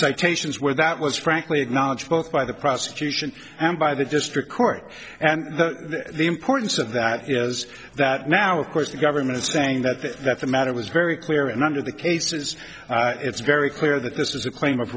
where that was frankly acknowledged both by the prosecution and by the district court and the importance of that is that now of course the government is saying that that the matter was very clear and under the cases it's very clear that this is a claim of